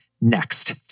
next